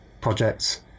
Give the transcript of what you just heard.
projects